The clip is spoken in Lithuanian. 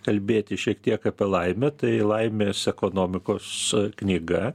kalbėti šiek tiek apie laimę tai laimės ekonomikos knyga